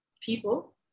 People